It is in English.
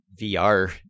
VR